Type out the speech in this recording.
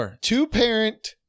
two-parent